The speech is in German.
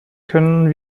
können